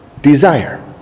desire